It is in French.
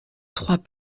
trois